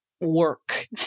work